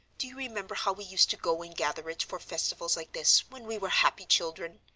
do you remember how we used to go and gather it for festivals like this, when we were happy children?